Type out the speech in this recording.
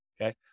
Okay